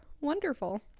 Wonderful